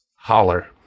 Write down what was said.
holler